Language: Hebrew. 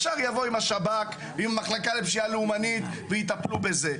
ישר יבואו השב"כ והמחלקה לפשיעה לאומנית ויטפלו בזה.